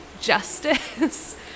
justice